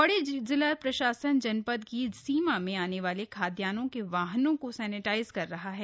पौड़ी जिला प्रशासन जनपद की सीमा में आने वाले खादयान्नों के वाहनों को सैनेटाइज कर रहा है